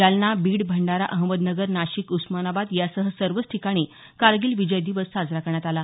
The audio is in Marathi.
जालना बीड भंडारा अहमदनगर नाशिक उस्मानाबाद यासह सर्वच ठिकाणी कारगिल विजय दिवस साजरा करण्यात आला